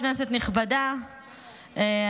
כנסת נכבדה,